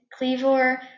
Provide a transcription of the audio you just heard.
Cleavor